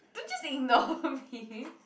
don't just ignore me